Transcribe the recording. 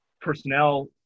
personnel